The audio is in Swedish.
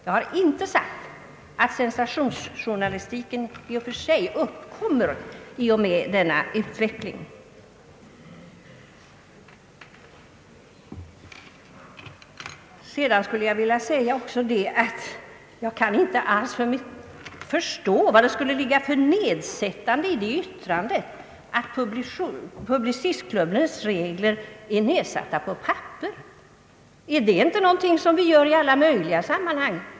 Jag har inte sagt att sensationsjournalistiken i och för sig uppkommer i och med denna utveckling. Jag vill också säga, att jag inte alls kan förstå vad det skulle ligga för nedsättande i uttalandet att Publicistklubbens regler är »nedsatta på papper». Sätter man inte ned regler på papper i alla möjliga sammanhang?